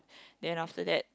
then after that